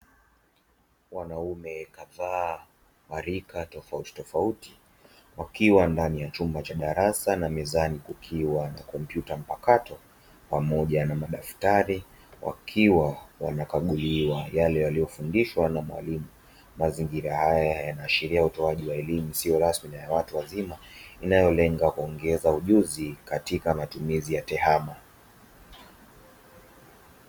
Wanaume kadhaa wa rika tofauti tofauti wakiwa ndani ya chumba cha darasa, na mezani kukiwa na kompyuta mpakato pamoja na madaftari wakiwa wanakaguliwa yale yaliyofundishwa na mwalimu. Mazingira haya yanaonyesha utoaji wa elimu isiyo rasmi na ya watu wazima , inayo lenga kuongeza ujuzi katika matumizi ya tehama.